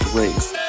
race